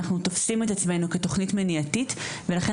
אנחנו תופסים את עצמינו כתוכנית מניעתית ולכן